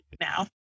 now